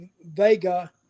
Vega